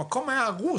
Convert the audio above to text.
המקום היה הרוס,